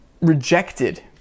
rejected